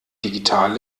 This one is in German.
digital